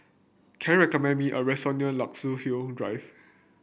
can you recommend me a restaurant near Luxus Hill Drive